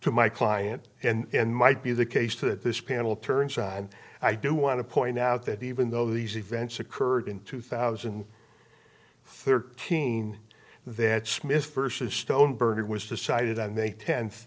to my client and might be the case that this panel turns on and i do want to point out that even though these events occurred in two thousand thirteen that smith versus stoneburner was decided on a ten